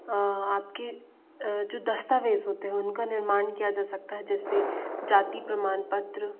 आपके जो दस्तावेज होते हैं उनका निर्माण किया जा सकता है जैसे जाति प्रमाण पत्र